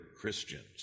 Christians